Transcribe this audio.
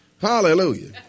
Hallelujah